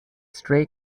stray